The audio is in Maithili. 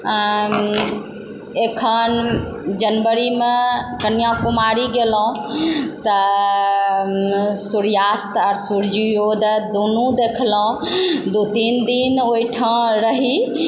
एखन जनवरीमे कन्याकुमारी गेलहुँ तऽ सूर्यास्त आओर सूर्योदय दुनू देखलहुँ दू तीन दिन ओइ ठाँ रही